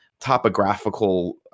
topographical